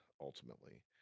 ultimately